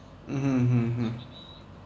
mmhmm mmhmm mmhmm